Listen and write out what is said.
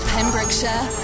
Pembrokeshire